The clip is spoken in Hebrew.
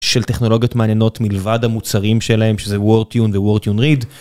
של טכנולוגיות מעניינות מלבד המוצרים שלהם שזה וורטיון ווורטיון ריד.